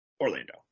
Orlando